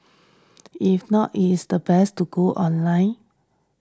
if not it is the best to go online